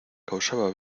causaba